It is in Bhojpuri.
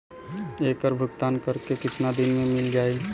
ऐकर भुगतान हमके कितना दिन में मील जाई?